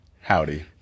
Howdy